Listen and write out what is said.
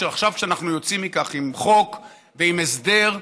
שעכשיו כשאנחנו יוצאים מכך עם חוק ועם הסדר,